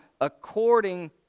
According